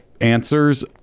answers